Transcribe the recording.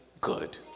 good